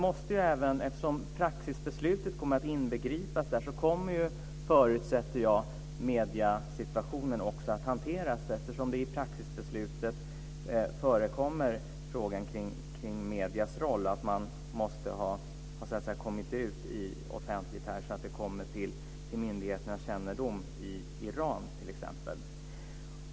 Men eftersom praxisbeslutet kommer att inbegripas kommer, förutsätter jag, mediesituationen också att hanteras. I praxisbeslutet förekommer ju frågan om mediers roll. Man måste ha kommit ut offentligt, så att det kommer till myndigheternas kännedom i Iran, t.ex.